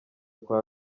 kwa